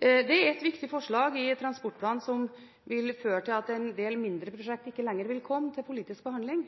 Det er ett viktig forslag i transportplanen som vil føre til at en del mindre prosjekter ikke lenger vil komme til politisk behandling: